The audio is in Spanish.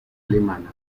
alemana